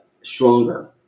stronger